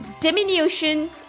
diminution